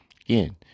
again